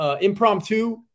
impromptu